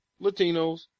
Latinos